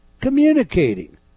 communicating